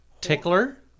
Tickler